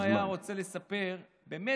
אם הוא היה רוצה לספר באמת